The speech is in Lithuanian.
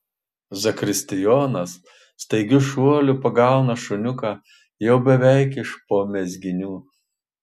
zakristijonas staigiu šuoliu pagauna šuniuką jau beveik iš po mezginių